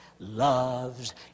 loves